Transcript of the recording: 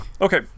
Okay